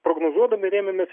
prognozuodami rėmėmės